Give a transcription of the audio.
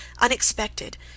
unexpected